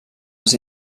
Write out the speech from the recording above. les